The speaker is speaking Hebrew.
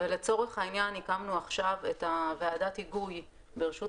לצורך העניין הקמנו עכשיו את ועדת ההיגוי בראשות